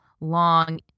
long